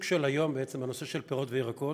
בשוק של היום, בנושא של פירות וירקות,